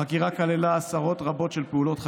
החקירה כללה עשרות רבות של פעולות חקירה.